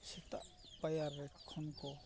ᱥᱮᱛᱟᱜ ᱯᱟᱭᱟᱨ ᱨᱮ ᱠᱷᱚᱱ ᱠᱚ